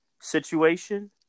situation